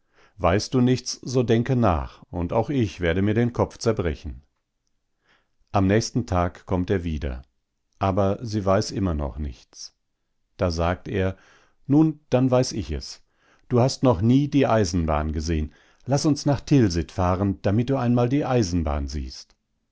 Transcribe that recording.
weißt du nichts so denke nach und auch ich werde mir den kopf zerbrechen am nächsten tag kommt er wieder aber sie weiß noch immer nichts da sagt er nun dann weiß ich es du hast noch nie die eisenbahn gesehen laß uns nach tilsit fahren damit du einmal die eisenbahn siehst